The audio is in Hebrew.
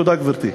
תודה, גברתי.